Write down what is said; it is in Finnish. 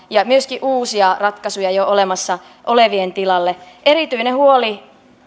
ja myöskin uusia ratkaisuja jo olemassa olevien tilalle erityinen huoli